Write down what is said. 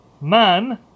Man